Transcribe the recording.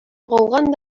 алган